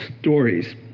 stories